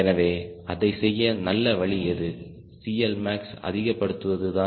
எனவே அதை செய்ய நல்ல வழி எது CLmaxஅதிகப்படுத்துவது தான்